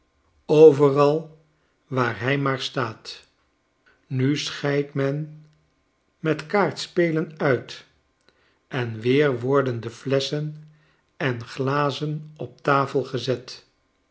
overal waar hij maar staat nu scheidt men met kaartspelen uit en weer worden de flesschen en glazen op tafel gezet